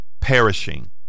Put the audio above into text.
perishing